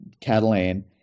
Catalan